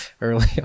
early